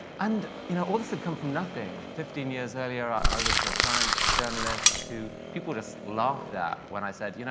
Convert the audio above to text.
and you know all this had come from nothing. fifteen years earlier, i was a science journalist who people just laughed at when i said, you know